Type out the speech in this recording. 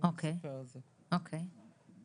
אספר על זה עכשיו.